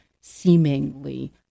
seemingly